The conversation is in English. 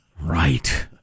Right